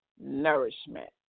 nourishment